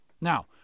Now